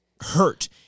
hurt